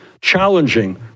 challenging